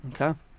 Okay